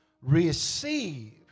receive